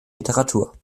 literatur